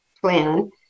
plan